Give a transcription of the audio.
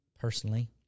personally